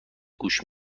گوش